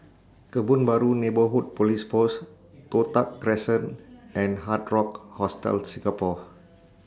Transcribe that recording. Kebun Baru Neighbourhood Police Post Toh Tuck Crescent and Hard Rock Hostel Singapore